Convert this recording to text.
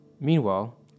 Meanwhile